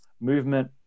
movement